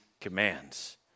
commands